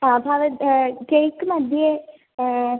भवतः केक् मध्ये